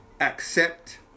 accept